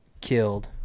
killed